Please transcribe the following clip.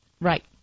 Right